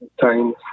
Time